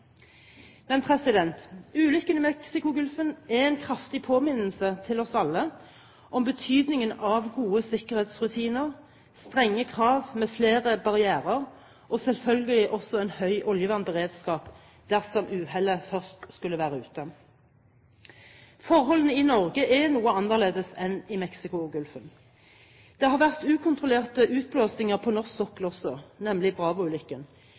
Men ulykken i Mexicogolfen er en kraftig påminnelse til oss alle om betydningen av gode sikkerhetsrutiner, strenge krav med flere barrierer og selvfølgelig også en høy oljevernberedskap dersom uhellet først skulle være ute. Forholdene i Norge er noe annerledes enn i Mexicogolfen. Det har vært ukontrollerte utblåsninger på norsk sokkel også, nemlig